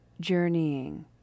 journeying